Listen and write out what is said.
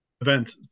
event